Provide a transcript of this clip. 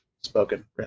spoken